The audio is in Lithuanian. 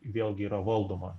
vėlgi yra valdoma